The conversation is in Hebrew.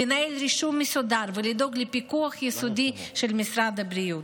לנהל רישום מסודר ולדאוג לפיקוח יסודי של משרד הבריאות.